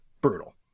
Brutal